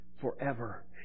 forever